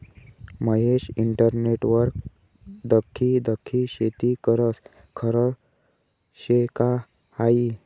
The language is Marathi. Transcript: महेश इंटरनेटवर दखी दखी शेती करस? खरं शे का हायी